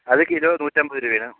അത് കിലോ നൂറ്റമ്പത് രൂപയാണ്